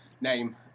name